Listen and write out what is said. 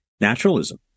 naturalism